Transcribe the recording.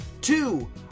Two